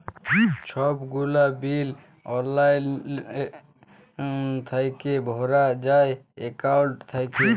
ছব গুলা বিল অললাইল থ্যাইকে ভরা যায় একাউল্ট থ্যাইকে